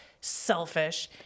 selfish